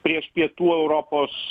prieš pietų europos